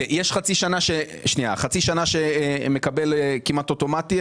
יש חצי שנה שהוא מקבל באופן כמעט אוטומטי,